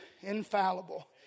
infallible